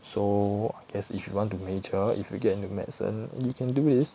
so I guess if you want to major if you get into medicine you can do it